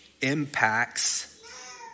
impacts